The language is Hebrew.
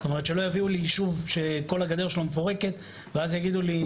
זאת אומרת שלא יביאו לי יישוב שכל הגדר שלו מפורקת ואז יגידו לי,